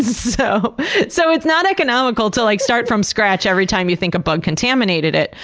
so so it's not economical to like start from scratch every time you think a bug contaminated it.